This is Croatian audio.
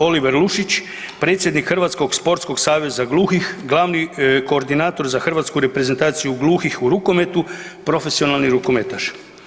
Oliver Lušić, predsjednik Hrvatskog sportskog saveza gluhih, glavni koordinator za hrvatsku reprezentaciju gluhih u rukometu, profesionalni rukometaš.